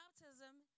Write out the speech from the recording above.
baptism